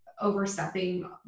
overstepping